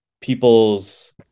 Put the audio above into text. people's